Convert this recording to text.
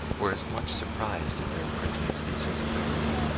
were as much surprised at their prince's insensibility,